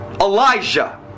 Elijah